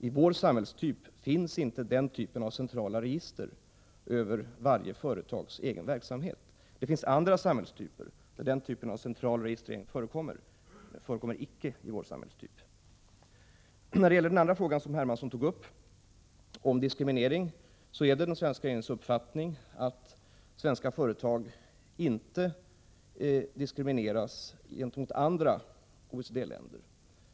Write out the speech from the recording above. I vår samhällstyp finns inte den sortens centrala register över varje företags egen verksamhet. Det finns däremot andra samhällstyper där den sortens central registrering förekommer. Den andra frågan som C.-H. Hermansson tog upp gällde diskriminering. Det är den svenska regeringens uppfattning att svenska företag inte diskrimineras gentemot andra OECD-länder.